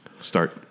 start